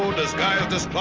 so disguised as